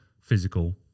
physical